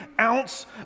ounce